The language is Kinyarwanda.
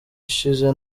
ishize